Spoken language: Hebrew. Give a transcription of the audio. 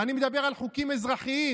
ואני מדבר על חוקים אזרחיים.